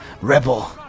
rebel